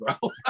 bro